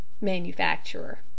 manufacturer